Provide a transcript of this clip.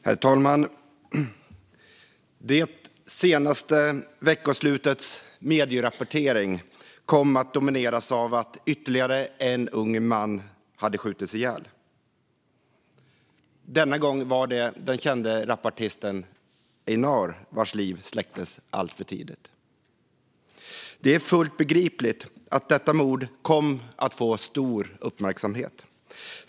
Herr talman! Det senaste veckoslutets medierapportering kom att domineras av att ytterligare en ung man hade skjutits ihjäl. Denna gång var det den kände rapartisten Einár vars liv släcktes alltför tidigt. Det är fullt begripligt att detta mord kom att få stor uppmärksamhet.